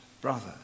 brother